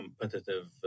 competitive